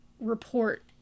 report